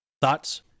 thoughts